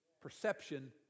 Perception